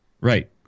Right